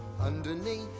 underneath